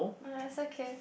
uh it's okay